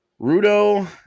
rudo